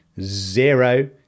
zero